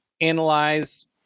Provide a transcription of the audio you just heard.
analyze